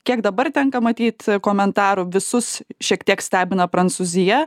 kiek dabar tenka matyt komentarų visus šiek tiek stebina prancūzija